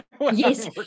Yes